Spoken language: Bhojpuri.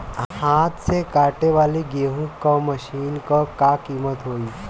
हाथ से कांटेवाली गेहूँ के मशीन क का कीमत होई?